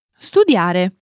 studiare